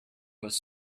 was